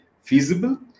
feasible